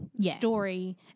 story